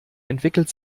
entwickelt